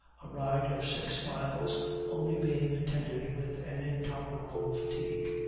a ride of six miles only being attended with an intolerable fatigue.